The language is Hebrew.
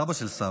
סבא של סבא,